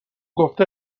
گفته